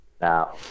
Now